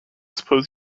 suppose